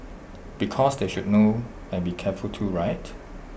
because they should know and be careful too right